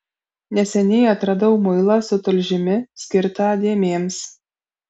neseniai atradau muilą su tulžimi skirtą dėmėms